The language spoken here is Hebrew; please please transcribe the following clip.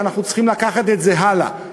ואנחנו צריכים לקחת את זה הלאה,